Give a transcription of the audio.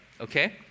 okay